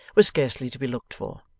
was scarcely to be looked for.